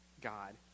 God